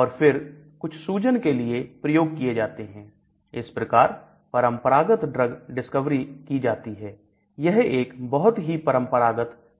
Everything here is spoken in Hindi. और फिर कुछ सूजन के लिए प्रयोग किए जाते हैं इस प्रकार परंपरागत ड्रग डिस्कवरी की जाती है यह एक बहुत ही परंपरागत तरीका है